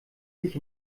sich